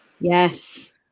Yes